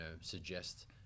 suggest